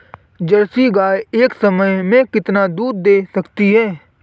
Jersey गाय एक समय में कितना दूध दे सकती है?